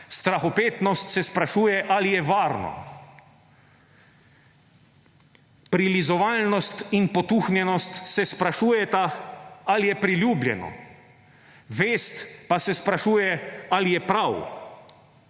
»Strahopetnost se sprašuje, ali je varno. Prilizovalnost in potuhnjenost se sprašujeta, ali je priljubljeno. Vest pa se sprašuje, ali je prav.«